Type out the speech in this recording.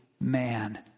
man